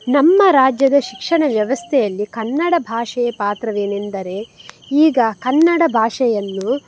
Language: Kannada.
ನಮ್ಮ ರಾಜ್ಯದ ಶಿಕ್ಷಣ ವ್ಯವಸ್ಥೆಯಲ್ಲಿ ಕನ್ನಡ ಭಾಷೆಯ ಪಾತ್ರವೇನೆಂದರೆ ಈಗ ಕನ್ನಡ ಭಾಷೆಯನ್ನು